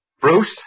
Bruce